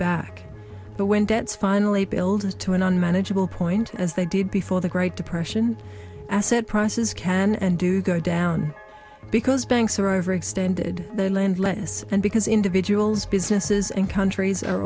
back but when debts finally builds to an unmanageable point as they did before the great depression asset prices can and do go down because banks are overextended their land less and because individuals businesses and countries are